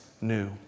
new